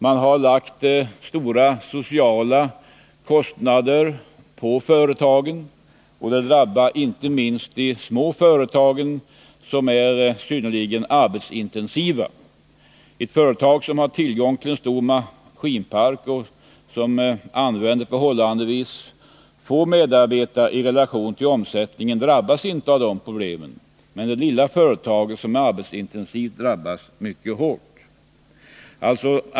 Det har lagts stora sociala kostnader på företagen, och de drabbar inte minst de små företagen, som är synnerligen arbetsintensiva. De företag som har tillgång till en stor maskinpark och som använder förhållandevis få medarbetare i förhållande till omsättningen drabbas inte av dessa problem, men det lilla företaget som är arbetsintensivt drabbas mycket hårt.